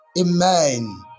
Amen